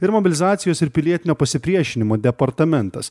ir mobilizacijos ir pilietinio pasipriešinimo departamentas